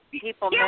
people